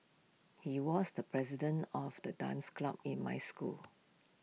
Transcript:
he was the president of the dance club in my school